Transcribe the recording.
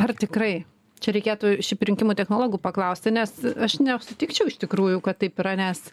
ar tikrai čia reikėtų šiaip rinkimų technologų paklausti nes aš nesutikčiau iš tikrųjų kad taip yra nes